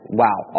wow